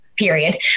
period